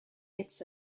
its